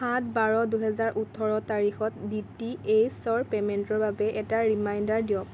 সাত বাৰ দুহেজাৰ ওঠৰ তাৰিখত ডি টি এইচৰ পে'মেণ্টৰ বাবে এটা ৰিমাইণ্ডাৰ দিয়ক